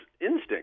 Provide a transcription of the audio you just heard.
instinct